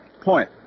point